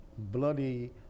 Bloody